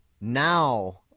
Now